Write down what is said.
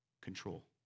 control